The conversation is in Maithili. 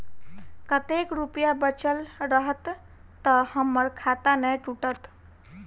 कतेक रुपया बचल रहत तऽ हम्मर खाता नै टूटत?